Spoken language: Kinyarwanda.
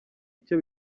icyo